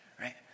Right